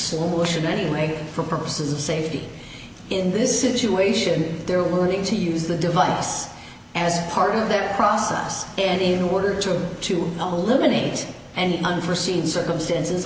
solution anyway for purposes of safety in this situation they're learning to use the device as part of their process and in order to to a limited and unforseen circumstances